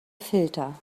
filter